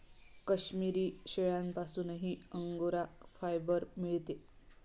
काश्मिरी शेळ्यांपासूनही angora fibre मिळते